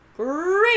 great